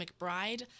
McBride